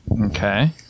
Okay